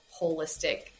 holistic